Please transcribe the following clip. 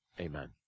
Amen